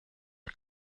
are